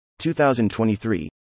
2023